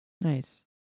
Nice